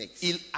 Il